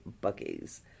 buggies